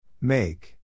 Make